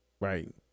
Right